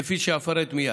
כפי שאפרט מייד.